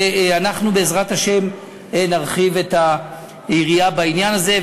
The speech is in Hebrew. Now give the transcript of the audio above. ואנחנו, בעזרת השם, נרחיב את היריעה בעניין הזה.